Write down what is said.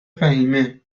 فهیمهمگه